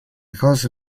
cose